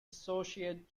associate